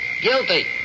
guilty